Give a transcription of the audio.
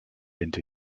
into